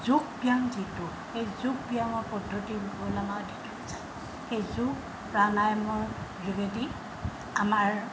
যোগ ব্য়ায়াম যিটো সেই যোগ ব্যায়ামৰ পদ্ধতি বুল আমাৰ সেই যোগ প্ৰাণায়ামৰ যোগেদি আমাৰ